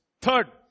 Third